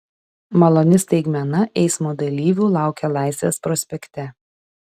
maloni staigmena eismo dalyvių laukia laisvės prospekte